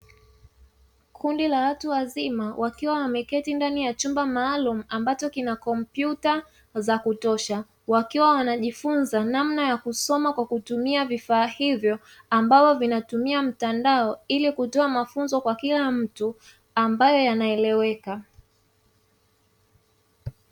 Kundi la watu wazima wakiwa wameketi ndani ya chumba maalumu ambacho kina kompyuta za kutosha, wakiwa wanajifunza namna ya kusoma kwa kutumia vifaa hivyo, ambavyo vinatumia mtandao ili kutoa mafunzo kwa kila mtu ambayo yanaeleweka.